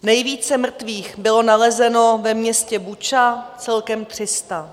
Nejvíce mrtvých bylo nalezeno ve městě Buča, celkem 300.